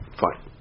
fine